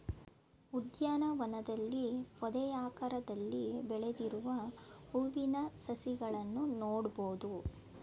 ಉದ್ಯಾನವನದಲ್ಲಿ ಪೊದೆಯಾಕಾರದಲ್ಲಿ ಬೆಳೆದಿರುವ ಹೂವಿನ ಸಸಿಗಳನ್ನು ನೋಡ್ಬೋದು